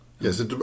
Yes